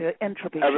entropy